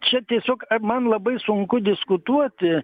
čia tiesiog man labai sunku diskutuoti